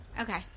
Okay